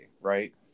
right